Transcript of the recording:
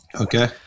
Okay